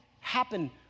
Happen